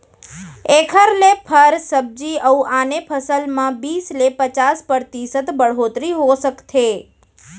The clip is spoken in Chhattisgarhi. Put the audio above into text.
एखर ले फर, सब्जी अउ आने फसल म बीस ले पचास परतिसत बड़होत्तरी हो सकथे